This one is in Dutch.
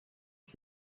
dat